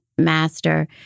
master